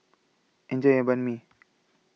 Enjoy your Banh MI